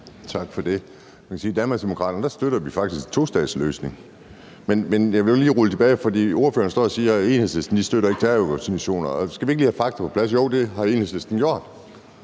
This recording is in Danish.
Tak for det. I Danmarksdemokraterne støtter vi faktisk en tostatsløsning. Men jeg vil lige spole tilbage, for ordføreren står og siger, at Enhedslisten ikke støtter terrororganisationer. Skal vi ikke lige have fakta på plads? Jo, det har Enhedslisten gjort.